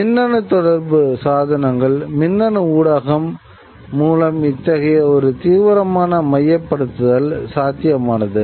மின்னணு தொடர்பு சாதனங்கள் மின்னணு ஊடகம் மூலம் இத்தகைய ஒரு தீவிரமான மையப்படுத்தல் சாத்தியமானது